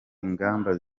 ingamba